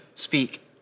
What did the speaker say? speak